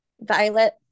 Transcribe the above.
Violet